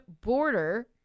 border